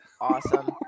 Awesome